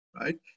right